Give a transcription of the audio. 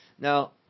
Now